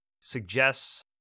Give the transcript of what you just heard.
suggests